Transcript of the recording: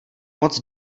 moc